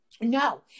No